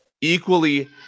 equally